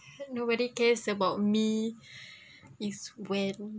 nobody cares about me is when